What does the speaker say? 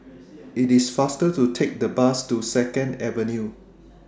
IT IS faster to Take The Bus to Second Avenue